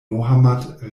mohammad